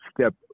step